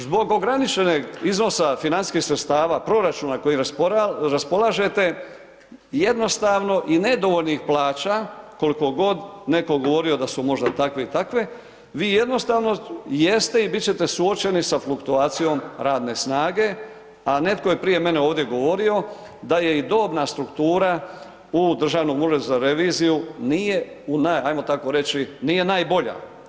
Zbog ograničenog iznosa financijskih sredstava, proračuna kojim raspolažete, jednostavno i nedovoljnih plaća koliko god netko govorio da su možda takve i takve, vi jednostavno jeste i biti ćete suočeni sa fluktuacijom radne snage a netko je prije mene ovdje govorio da je i dobna struktura u Državnom uredu za reviziju nije, ajmo tako reći, nije najbolja.